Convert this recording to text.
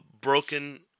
broken